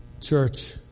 church